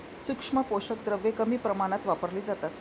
सूक्ष्म पोषक द्रव्ये कमी प्रमाणात वापरली जातात